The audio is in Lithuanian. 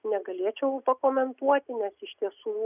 negalėčiau pakomentuoti nes iš tiesų